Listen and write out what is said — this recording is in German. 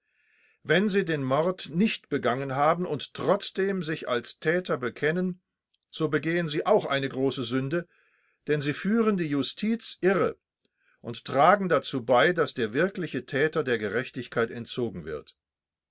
wenn sie den mord nicht begangen haben und trotzdem sich als täter bekennen so begehen sie auch eine große sünde denn sie führen die justiz irre und tragen dazu bei daß der wirkliche täter der gerechtigkeit entzogen wird